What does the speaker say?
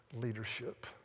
leadership